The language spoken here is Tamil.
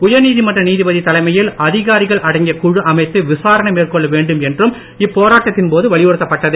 உயர்நீதிமன்ற நீதிபதி தலைமையில் அதிகாரிகள் அடங்கிய குழு அமைத்து விசாரணை மேற்கொள்ள வேண்டும் என்றும் இப்போராட்டத்தின் போது வலியுறுத்தப்பட்டது